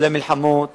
את המלחמות